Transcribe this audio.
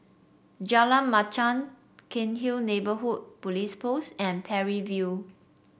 Jalan Machang Cairnhill Neighbourhood Police Post and Parry View